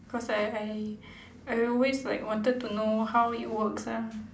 cause I I I always like wanted to know how it works ah